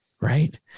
right